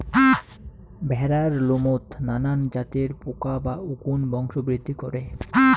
ভ্যাড়ার লোমত নানান জাতের পোকা বা উকুন বংশবৃদ্ধি করে